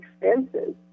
expenses